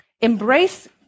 Embrace